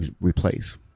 replace